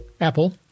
Apple